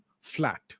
flat